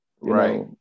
Right